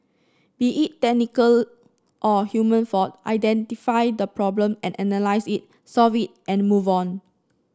be it technical or human fault identify the problem and analyse it solve it and move on